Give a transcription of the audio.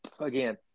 again